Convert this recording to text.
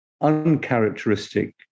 uncharacteristic